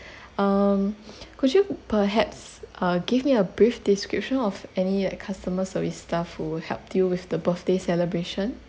um could you perhaps uh give me a brief description of any like customer service staff who helped deal with the birthday celebration